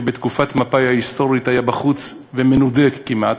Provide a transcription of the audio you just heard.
שבתקופת מפא"י ההיסטורית היה בחוץ ומנודה כמעט,